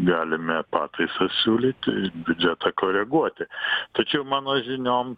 galime pataisas siūlyti biudžetą koreguoti tačiau mano žiniom